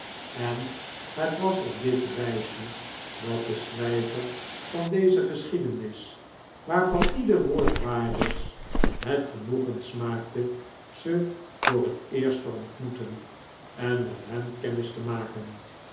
en het was op dit reisje dat de schrijver van deze geschiedenis waarvan ieder woord waar is het genoegen smaakte ze voor het eerst te ontmoeten en met hen kennis te maken